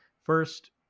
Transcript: First